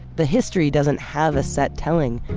the history doesn't have a set telling.